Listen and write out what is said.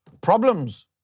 problems